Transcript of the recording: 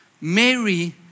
Mary